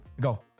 go